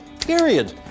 period